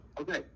Okay